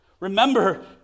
Remember